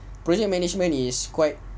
project management is quite